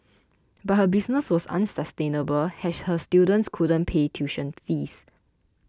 but her business was unsustainable as her students couldn't pay tuition fees